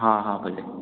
हा हा भले